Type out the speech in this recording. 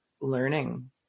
learning